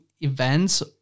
events